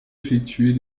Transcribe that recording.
effectuer